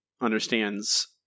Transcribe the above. understands